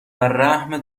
رحم